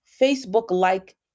Facebook-like